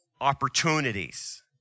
opportunities